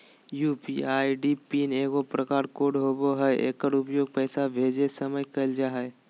UPI pin एगो passcode होबो हइ एकर उपयोग पैसा भेजय समय कइल जा हइ